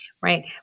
Right